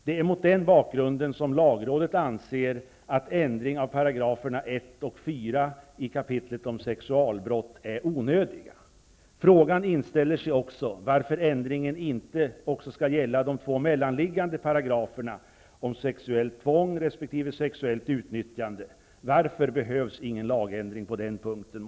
Det är mot den bakgrunden som lagrådet anser att en ändring av 1 och 4 §§ i kapitlet om sexualbrott är onödig. Frågan inställer sig också varför inte ändringen även skall omfatta de två mellanliggande paragraferna om sexuellt tvång resp. sexuellt utnyttjande. Varför behövs det inte någon lagändring på dessa punkter?